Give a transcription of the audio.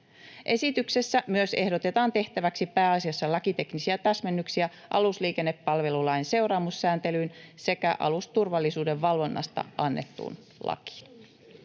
Esityksessä myös ehdotetaan tehtäväksi pääasiassa lakiteknisiä täsmennyksiä alusliikennepalvelulain seuraamussääntelyyn sekä alusturvallisuuden valvonnasta annettuun lakiin.